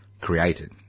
created